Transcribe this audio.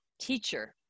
teacher